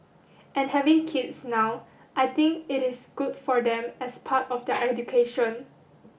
and having kids now I think it is good for them as part of their education